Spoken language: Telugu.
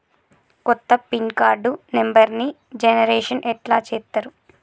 కొత్త పిన్ కార్డు నెంబర్ని జనరేషన్ ఎట్లా చేత్తరు?